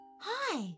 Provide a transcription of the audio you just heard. Hi